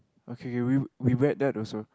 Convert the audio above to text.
okay we've we read that also